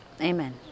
Amen